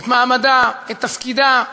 את מעמדה, את תפקידה,